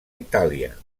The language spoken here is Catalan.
itàlia